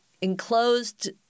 enclosed